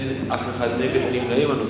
אין מתנגדים, אין נמנעים.